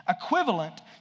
equivalent